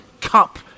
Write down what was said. Cup